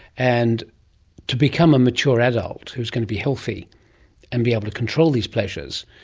and to become a mature adult who's going to be healthy and be able to control these pleasures,